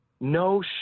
No